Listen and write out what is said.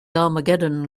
armageddon